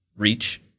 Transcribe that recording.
reach